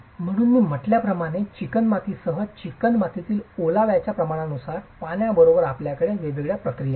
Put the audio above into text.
म्हणून मी म्हटल्याप्रमाणे चिकणमातीसह चिकणमातीतील ओलावाच्या प्रमाणानुसार पाण्याबरोबरच आपल्याकडे वेगवेगळ्या प्रक्रिया आहेत